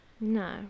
No